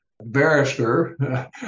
Barrister